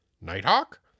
Nighthawk